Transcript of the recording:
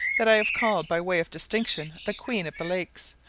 that i have called by way of distinction the queen of the lakes,